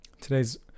Today's